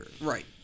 Right